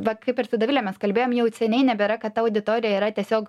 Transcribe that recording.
va kaip ir su dovile mes kalbėjom jau seniai nebėra kad ta auditorija yra tiesiog